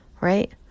right